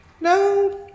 no